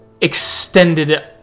extended